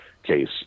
case